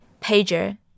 pager